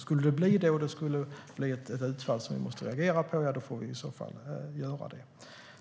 Skulle det göras och bli ett utfall som vi måste agera på får vi i så fall göra det.